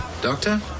Doctor